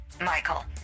Michael